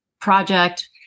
project